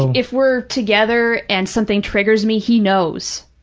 if we're together and something triggers me, he knows.